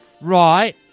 Right